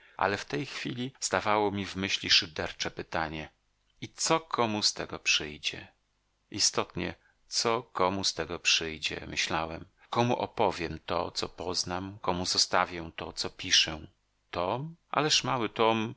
ale w tej chwili stawało mi w myśli szydercze pytanie i co komu z tego przyjdzie istotnie co komu z tego przyjdzie myślałem komu opowiem to co poznam komu zostawię to co piszę tom ależ mały tom